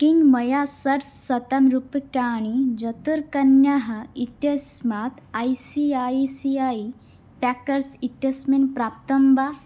किं मया षड्शतं रूप्यकाणि जतुर्कन्यः इत्यस्मात् I C I C I pockets इत्यस्मिन् प्राप्तं वा